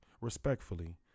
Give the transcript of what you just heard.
respectfully